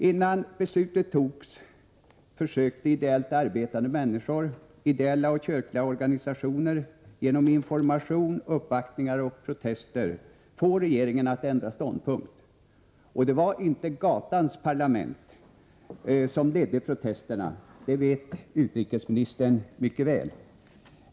Innan beslutet fattades försökte ideellt arbetande människor, ideella och kyrkliga organisationer genom information, uppvaktningar och protester få regeringen att ändra ståndpunkt. Det var inte ett gatans parlament som ledde protesterna — det vet utrikesministern mycket väl.